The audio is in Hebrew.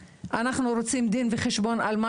דבר ראשון אנחנו רוצים דין וחשון עם מה